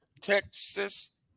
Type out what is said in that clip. Texas